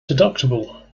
deductible